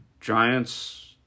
giants